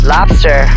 Lobster